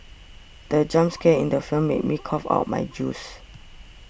the jump scare in the film made me cough out my juice